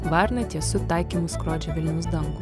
varna tiesiu taikymu skrodžia vilniaus dangų